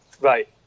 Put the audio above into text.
Right